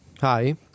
Hi